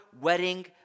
wedding